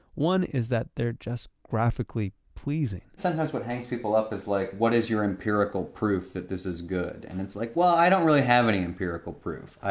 one is that they're just graphically pleasing sometimes what hangs people up is like, what is your empirical proof that this is good. and it's like well i don't really have any empirical proof.